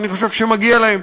ואני חושב שמגיע להם.